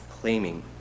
claiming